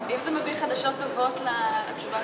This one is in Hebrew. אם זה מביא חדשות טובות לתשובה על השאלה שלי,